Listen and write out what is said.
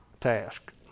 task